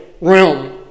realm